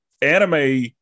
anime